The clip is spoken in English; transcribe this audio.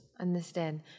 Understand